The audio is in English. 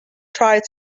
tried